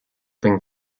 thing